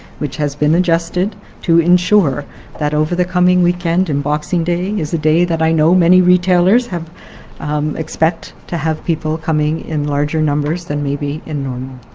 which has been adjusted to ensure that over the coming weekend and boxing day is a day that i know many retailers have expect to have people coming in larger numbers than maybe in normal.